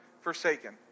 forsaken